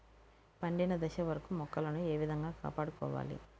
పండిన దశ వరకు మొక్కలను ఏ విధంగా కాపాడుకోవాలి?